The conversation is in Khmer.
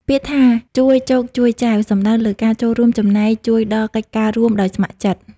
ពាក្យថា «ជួយចូកជួយចែវ» សំដៅលើការចូលរួមចំណែកជួយដល់កិច្ចការរួមដោយស្ម័គ្រចិត្ត។